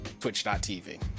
Twitch.tv